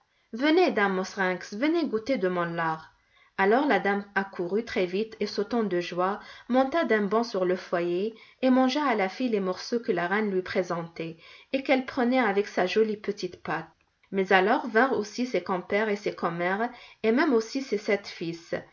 venez dame mauserinks venez goûter de mon lard alors la dame accourut très-vite et sautant de joie monta d'un bond sur le foyer et mangea à la file les morceaux que la reine lui présentait et qu'elle prenait avec sa jolie petite patte mais alors vinrent aussi ses compères et ses commères et même aussi ses sept fils